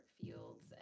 fields